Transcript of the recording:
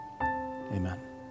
amen